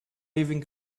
living